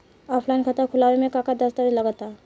Offline खाता खुलावे म का का दस्तावेज लगा ता?